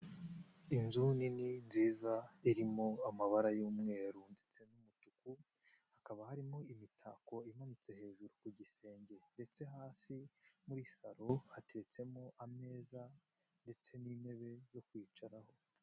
Inzu nini nziza irimo amabara y'umweru ndetse n'umutuku, hakaba harimo imitako imanitse hejuru ku gisenge ndetse hasi muri salo hatetsemo ameza ndetse n'intebe zo kwicaraho.